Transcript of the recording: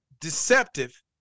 deceptive